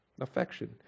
Affection